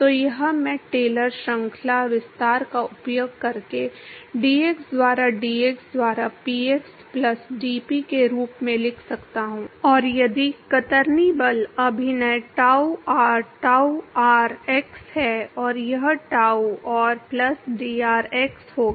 तो यह मैं टेलर श्रृंखला विस्तार का उपयोग करके डीएक्स द्वारा डीएक्स द्वारा पीएक्स प्लस डीपी के रूप में लिख सकता हूं और यदि कतरनी बल अभिनय tau R tau R x है और यह tau R plus dr x होगा